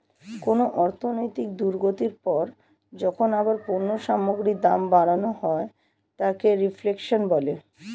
কোনো অর্থনৈতিক দুর্গতির পর যখন আবার পণ্য সামগ্রীর দাম বাড়ানো হয় তাকে রিফ্লেশন বলে